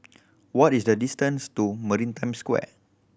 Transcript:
what is the distance to Maritime Square